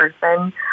person